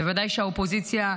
בוודאי שהאופוזיציה,